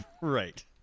Right